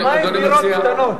מה עם דירות קטנות?